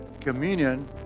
communion